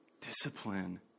Discipline